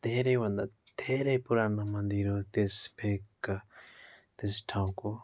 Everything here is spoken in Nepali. धेरैभन्दा धेरै पुरानो मन्दिर हो त्यस भेगका त्यस ठाउँको